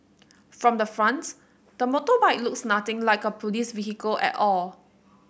from the front the motorbike looks nothing like a police vehicle at all